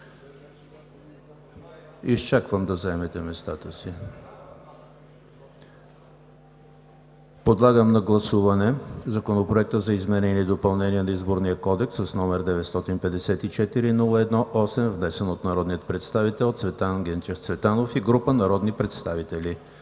законопроектите един след друг. Подлагам на гласуване Законопроект за изменение и допълнение на Изборния кодекс, № 954-01-8, внесен от народния представител Цветан Генчев Цветанов и група народни представители.